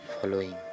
following